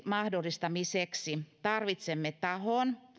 mahdollistamiseksi tarvitsemme tahon